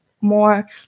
more